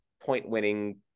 point-winning